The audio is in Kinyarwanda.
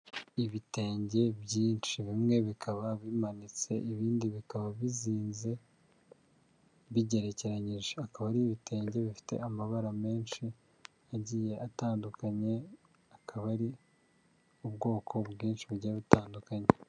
Ibitenge byinshi bimwe bikaba bimanitse, ibindi bikaba bizinze, bigerekeranyije. Akaba ari ibitenge bifite amabara menshi, agiye atandukanye, akaba ari ubwoko bwinshi, bugiye butandukanye.